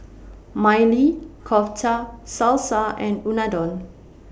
Maili Kofta Salsa and Unadon